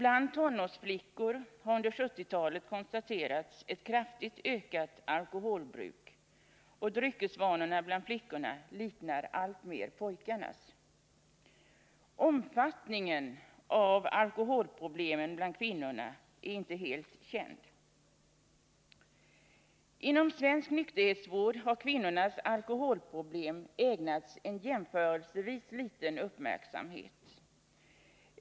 Bland tonårsflickor har under 1970-talet konstaterats ett kraftigt ökat alkoholbruk, och dryckesvanorna bland flickorna liknar allt mer pojkarnas. Omfattningen av alkoholproblemen bland kvinnorna är inte helt känd. Inom svensk nykterhetsvård har kvinnornas alkoholproblem ägnats en jämförelsevis liten uppmärksamhet.